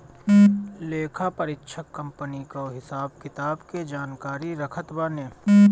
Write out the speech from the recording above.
लेखापरीक्षक कंपनी कअ हिसाब किताब के जानकारी रखत बाने